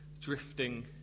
drifting